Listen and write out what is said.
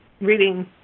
reading